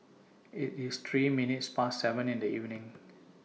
IT IS three minutes Past seven in The evening